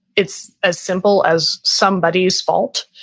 it's as simple as somebody's fault